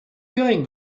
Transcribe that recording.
going